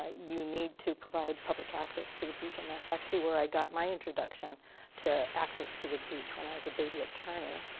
ah you need to provide public access to the beach. and that's where i got my introduction to access to the beach. when i was a baby attorney.